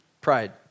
Pride